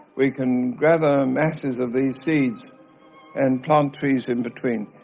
we can gather masses of these seeds and plant trees in between,